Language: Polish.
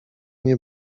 nie